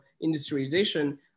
industrialization